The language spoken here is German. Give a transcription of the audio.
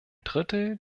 drittel